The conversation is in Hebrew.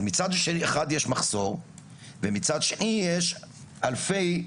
אז מצד אחד יש מחסור ומצד שני יש אלפי מורים.